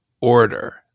order